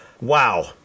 wow